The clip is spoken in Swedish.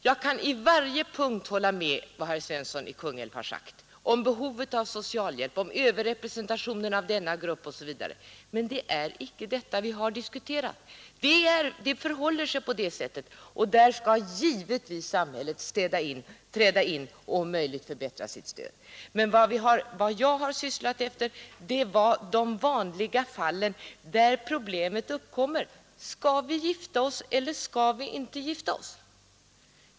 Jag kan i varje punkt hålla med om vad herr Svensson i Kungälv har sagt om behovet av socialhjälp, om överrepresentationen av denna grupp osv., men det är icke detta vi har diskuterat. Det förhåller sig på det sättet, och där skall givetvis samhället träda in och om möjligt förbättra sitt stöd. Men vad jag har talat om är de vanliga fallen där problemet uppkommer: Skall vi gifta oss, eller skall vi inte gifta oss?